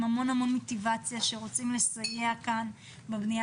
עם המון מוטיבציה שרוצים לסייע בבניה